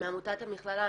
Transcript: מעמותת המכללה,